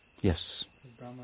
Yes